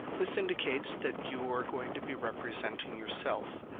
this indicates that you are going to be representing yourself.